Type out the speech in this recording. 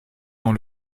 dans